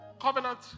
covenant